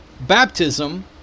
baptism